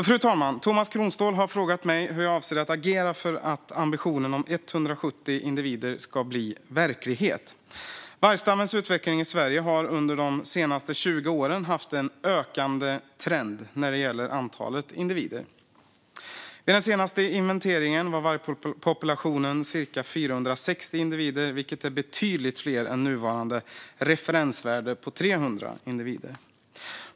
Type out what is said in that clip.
Fru talman! Tomas Kronståhl har frågat mig hur jag avser att agera för att ambitionen om 170 individer ska bli verklighet. Vargstammens utveckling i Sverige har under de senaste 20 åren haft en ökande trend när det gäller antalet individer. Vid den senaste inventeringen var vargpopulationen cirka 460 individer, vilket är betydligt fler än nuvarande referensvärde på 300 individer.